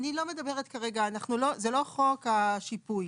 אני לא מדברת כרגע, זה לא חוק השיפוי.